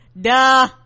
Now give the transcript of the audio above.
duh